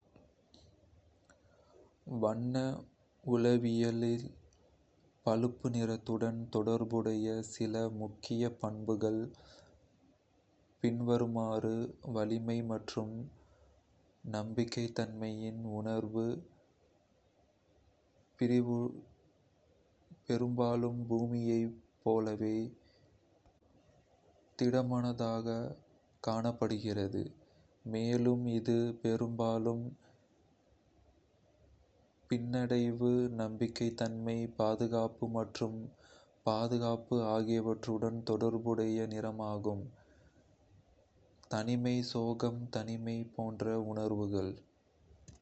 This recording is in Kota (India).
வண்ண உளவியலில் பழுப்பு நிறத்துடன் தொடர்புடைய சில முக்கிய பண்புகள் பின்வருமாறு வலிமை மற்றும் நம்பகத்தன்மையின் உணர்வு. பிரவுன் பெரும்பாலும் பூமியைப் போலவே திடமானதாகக் காணப்படுகிறது, மேலும் இது பெரும்பாலும் பின்னடைவு, நம்பகத்தன்மை, பாதுகாப்பு மற்றும் பாதுகாப்பு ஆகியவற்றுடன் தொடர்புடைய நிறமாகும். தனிமை, சோகம், தனிமை போன்ற உணர்வுகள்.